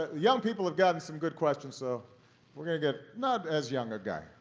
ah young people have gotten some good questions so we're going to get not as young a guy.